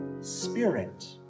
Spirit